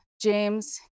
james